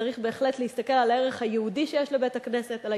צריך בהחלט להסתכל על הערך היהודי שיש לבית-הכנסת,